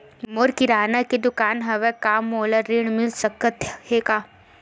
मोर किराना के दुकान हवय का मोला ऋण मिल सकथे का?